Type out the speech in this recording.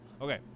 Okay